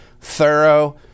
thorough